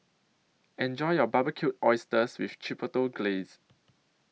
Enjoy your Barbecued Oysters with Chipotle Glaze